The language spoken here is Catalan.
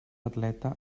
atleta